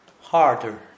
harder